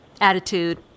attitude